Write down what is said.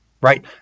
right